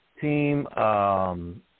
Team